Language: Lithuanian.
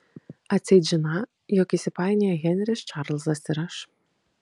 atseit žiną jog įsipainioję henris čarlzas ir aš